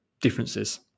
differences